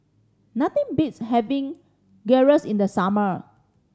nothing beats having Gyros in the summer